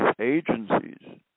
agencies